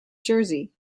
jersey